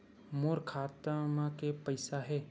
मोर खाता म के पईसा हे?